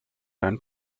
and